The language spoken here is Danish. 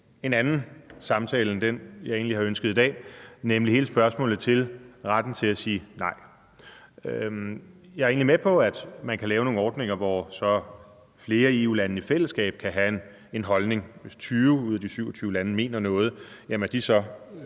en anden samtale end den, jeg egentlig har ønsket i dag, nemlig hele spørgsmålet til retten til at sige nej. Jeg er egentlig med på, at man kan lave nogle ordninger, hvor flere EU-lande i fællesskab kan have en holdning. Hvis 20 ud af de 27 lande mener noget, kan de så